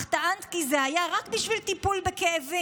אך טענת כי זה היה רק בשביל טיפול בכאבים.